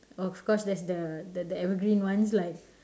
of course there's the the the evergreen ones like